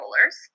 rollers